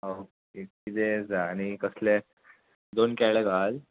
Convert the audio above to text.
okay किदें आसा आनी कसले दोन केळें घाल